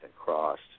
crossed